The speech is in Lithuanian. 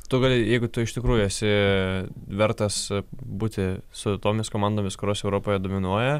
tu gali jeigu tu iš tikrųjų esi vertas būti su tomis komandomis kurios europoje dominuoja